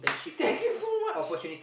thank you so much